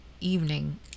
evening